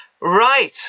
Right